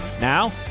Now